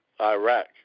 Iraq